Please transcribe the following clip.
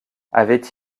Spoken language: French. avait